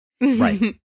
Right